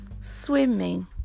Swimming